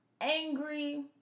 angry